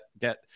get